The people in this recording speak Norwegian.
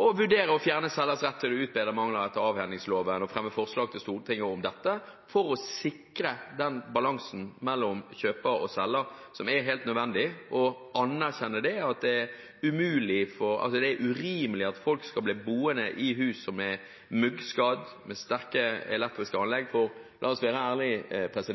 å vurdere å fjerne selgers rett til å utbedre mangler etter avhendingsloven, og fremme forslag til Stortinget om dette, for å sikre balansen mellom kjøper og selger – som er helt nødvendig – og anerkjenne at det er urimelig at folk skal bli boende i hus som er muggskadd, eller som har skadde elektriske anlegg? La oss være ærlig: Det er først